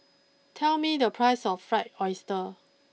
tell me the price of Fried Oyster